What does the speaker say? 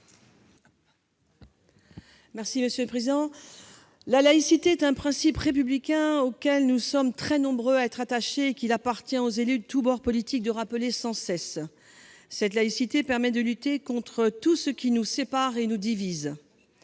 Eustache-Brinio. La laïcité est un principe républicain auquel nous sommes très nombreux à être attachés. Il appartient aux élus de tous bords politiques de rappeler sans cesse qu'elle permet de lutter contre tout ce qui nous sépare et nous divise.